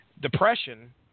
depression